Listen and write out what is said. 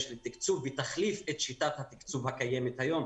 לתקצוב ותחליף את שיטת התקצוב הקיימת היום,